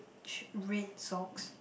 sh~ red socks